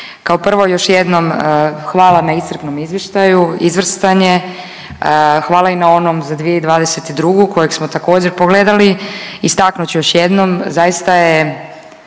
Kao prvo još jednom hvala na iscrpnom izvještaju, izvrstan je, hvala i na onom za 2022. kojeg smo također pogledali. Istaknut ću još jednom, zaista je